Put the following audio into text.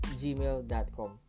gmail.com